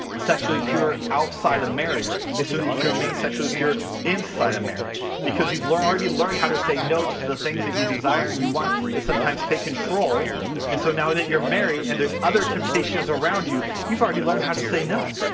sexually pure outside of marriage is so that you can remain sexually pure inside a marriage because you've learn already learned how to say no to the things that you desire and you want that sometimes take control and so now that you're married and there's other temptations around you you've already learned how to say no